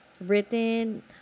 written